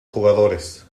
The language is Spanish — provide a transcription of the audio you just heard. jugadores